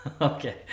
okay